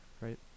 right